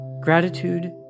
Gratitude